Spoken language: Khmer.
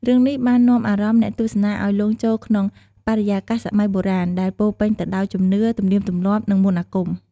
រឿងនេះបាននាំអារម្មណ៍អ្នកទស្សនាឱ្យលង់ចូលក្នុងបរិយាកាសសម័យបុរាណ ដែលពោរពេញទៅដោយជំនឿ ទំនៀមទម្លាប់ និងមន្តអាគម។